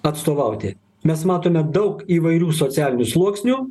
atstovauti mes matome daug įvairių socialinių sluoksnių